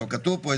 כתוב פה,